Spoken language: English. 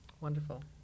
Wonderful